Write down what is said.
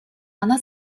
она